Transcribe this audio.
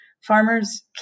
Farmers